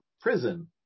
prison